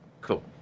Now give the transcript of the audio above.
Cool